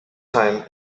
time